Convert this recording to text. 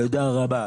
תודה רבה.